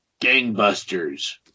Gangbusters